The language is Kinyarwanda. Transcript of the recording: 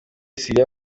siriya